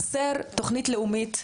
חסרה תוכנית לאומית,